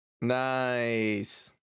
Nice